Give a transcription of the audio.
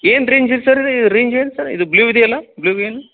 ಏನು ರಿಂಗ್ ರೀ sir ring ಏನು ಸರ್ ಇದು ಬ್ಲೂ ಇದೆಯಲ್ಲ ಬ್ಲೂ ಏನು